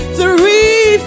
three